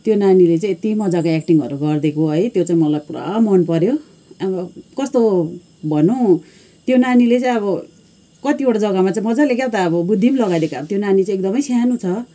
त्यो नानीले चाहिँ यति मजाले एक्टिङहरू गरिदिएको है त्यो चाहिँ मलाई पुरा मनपऱ्यो अब कस्तो भनौँ त्यो नानीले चाहिँ अब कतिवटा जग्गामा चाहिँ मजाले क्या हो त अब बुद्धि पनि लगाइदिएको अब त्यो नानी चाहिँ एकदमै सानो छ